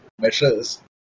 measures